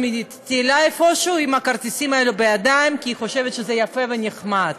טיילה עם הכרטיסים האלה בידיים כי היא חושבת שזה יפה ונחמד.